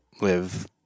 live